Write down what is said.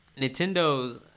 Nintendo's